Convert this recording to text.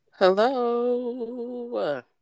hello